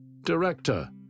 Director